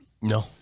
No